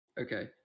Okay